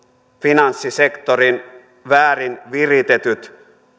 finanssisektorin väärin viritetyt